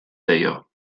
deio